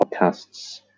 podcasts